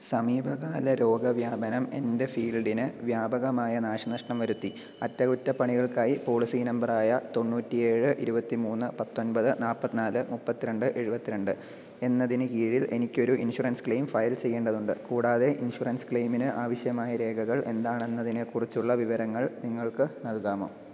സമീപകാല രോഗവ്യാപനം എൻ്റെ ഫീൽഡിന് വ്യാപകമായ നാശനഷ്ടം വരുത്തി അറ്റകുറ്റപ്പണികൾക്കായി പോളിസി നമ്പറായ തൊണ്ണൂറ്റി ഏഴ് ഇരുപത്തിമൂന്ന് പത്തൊൻമ്പത് നാൽപ്പത്തിനാല് മുപ്പത്തിരണ്ട് എഴുപത്തിരണ്ട് എന്നതിന് കീഴിൽ എനിക്കൊരു ഇൻഷുറൻസ് ക്ലെയിം ഫയൽ ചെയ്യേണ്ടതുണ്ട് കൂടാതെ ഇൻഷുറൻസ് ക്ലെയിമിന് ആവശ്യമായ രേഖകൾ എന്താണെന്നതിനെക്കുറിച്ചുള്ള വിവരങ്ങൾ നിങ്ങൾക്ക് നൽകാമോ